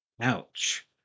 ouch